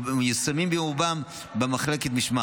ומיושמים ברובם במחלקת משמעת.